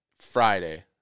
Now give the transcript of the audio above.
Friday